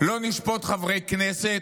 לא נשפוט חברי כנסת,